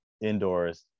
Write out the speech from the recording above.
indoors